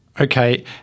Okay